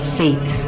faith